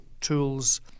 tools